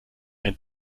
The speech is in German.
ein